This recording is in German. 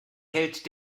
hält